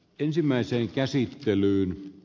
ihmisen terveydelle